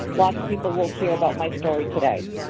lots of people will hear about my story today.